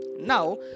Now